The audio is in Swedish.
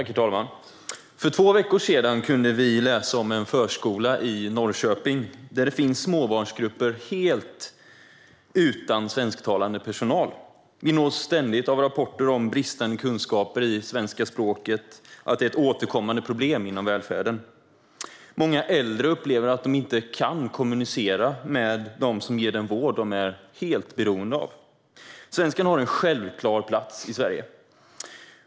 Herr talman! För två veckor sedan kunde vi läsa om en förskola i Norrköping där det finns småbarnsgrupper som är helt utan svensktalande personal. Vi nås ständigt av rapporter om att bristande kunskaper i svenska språket är ett återkommande problem inom välfärden. Många äldre upplever att de inte kan kommunicera med dem som ger de äldre den vård som de är helt beroende av. Svenskan har en självklar plats i Sverige.